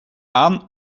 aan